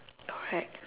correct